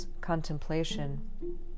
contemplation